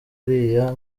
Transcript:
uriya